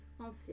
ancien